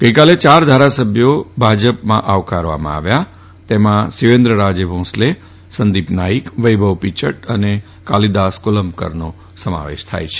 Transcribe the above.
ગઈકાલે યાર ધારાસભ્યો ભાજપમાં આવકારવામાં આવ્યા હતા તેમાં શિવેન્દ્રરાજે ભોંસલે સંદીપ નાઈક વૈભવ પિયડ અને કાલીદાસ કોલંબકરનો સમાવેશ થાય છે